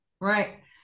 right